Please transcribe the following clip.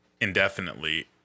indefinitely